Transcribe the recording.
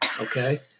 okay